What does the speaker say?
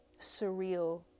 surreal